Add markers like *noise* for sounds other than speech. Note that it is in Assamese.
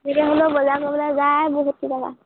*unintelligible* বজাৰ কৰিবলৈ যায় বহুত কেইটকা